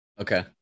okay